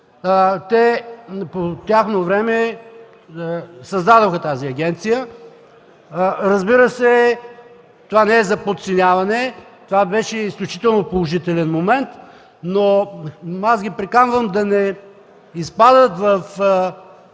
По тяхно време създадоха тази агенция. Разбира се, това не е за подценяване. Това беше изключително положителен момент, но аз ги приканвам да не изпадат в